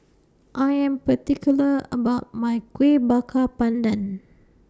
I Am particular about My Kueh Bakar Pandan